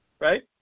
right